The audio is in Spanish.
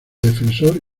defensor